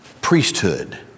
priesthood